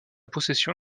possession